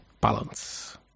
balance